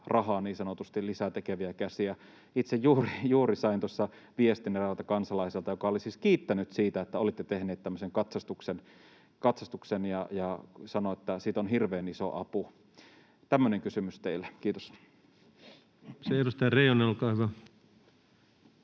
rahaa, niin sanotusti lisää tekeviä käsiä? Itse sain tuossa juuri viestin eräältä kansalaiselta, joka oli siis kiittänyt siitä, että olitte tehneet tämmöisen katsastuksen, ja hän sanoi, että siitä on hirveän iso apu. Tämmöinen kysymys teille. — Kiitos. Kiitoksia. — Edustaja Reijonen, olkaa hyvä.